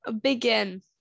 begin